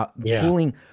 pulling